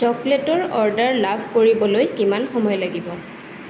চকলেটৰ অৰ্ডাৰ লাভ কৰিবলৈ কিমান সময় লাগিব